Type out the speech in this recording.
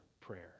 prayer